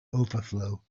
overflow